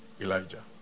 Elijah